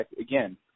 again